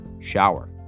shower